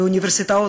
באוניברסיטאות?